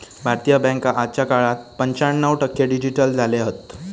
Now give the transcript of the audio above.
भारतीय बॅन्का आजच्या काळात पंच्याण्णव टक्के डिजिटल झाले हत